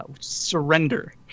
Surrender